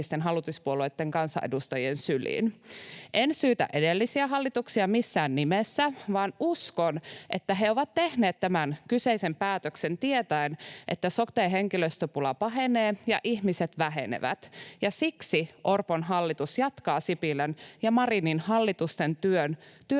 hallituspuolueitten kansanedustajien syliin. En syytä edellisiä hallituksia missään nimessä, vaan uskon, että he ovat tehneet tämän kyseisen päätöksen tietäen, että sote-henkilöstöpula pahenee ja ihmiset vähenevät. Siksi Orpon hallitus jatkaa Sipilän ja Marinin hallitusten työtä